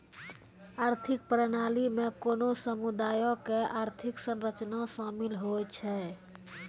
आर्थिक प्रणाली मे कोनो समुदायो के आर्थिक संरचना शामिल होय छै